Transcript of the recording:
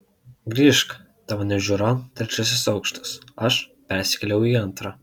grįžk tavo nuožiūron trečiasis aukštas aš persikėliau į antrą